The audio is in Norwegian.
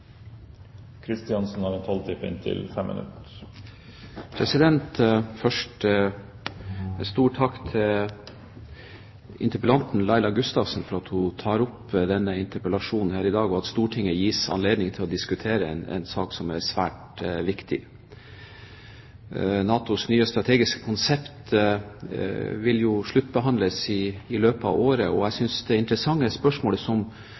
til interpellanten, Laila Gustavsen, for at hun tar opp denne interpellasjonen slik at Stortinget gis anledning til å diskutere en sak som er svært viktig. NATOs nye strategiske konsept vil jo sluttbehandles i løpet av året. Jeg synes at det interessante spørsmålet som må stilles, og som jeg føler ikke er